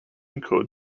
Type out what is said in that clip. encode